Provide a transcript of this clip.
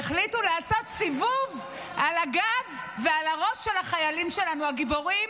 שהחליטו לעשות סיבוב על הגב ועל הראש של החיילים שלנו הגיבורים,